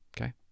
Okay